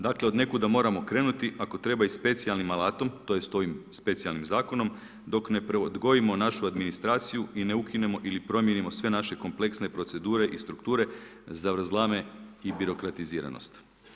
Dakle od nekuda moramo krenuti ako treba i specijalnim alatom, tj. ovim specijalnim zakonom dok ne preodgojimo našu administraciju i ne ukinemo ili promijenimo sve naše kompleksne procedure i strukture, zavrzlame i birokratiziranost.